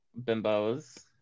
bimbos